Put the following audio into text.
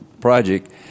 project